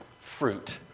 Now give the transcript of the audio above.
fruit